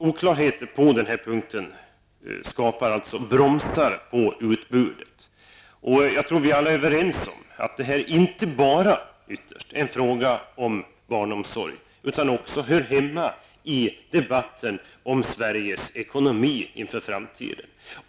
Oklarheter på den här punkten bromsar utbudet. Jag tror att vi alla är överens om att detta inte bara är en fråga om barnomsorgen, utan den hör också hemma i debatten om Sveriges ekonomi inför framtiden.